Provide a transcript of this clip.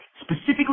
specifically